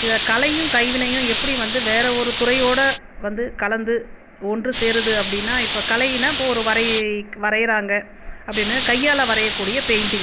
இதை கலையும் கைவினையும் எப்படி வந்து வேற ஒரு துறையோடு வந்து கலந்து ஒன்று சேருது அப்படினா இப்போ கலையினா இப்போ ஒரு வரைக் வரையுறாங்க அப்படின்னா கையால் வரையக்கூடிய பெயிண்ட்டிங்